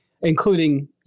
including